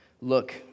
Look